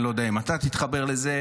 אני לא יודע אם אתה תתחבר לזה,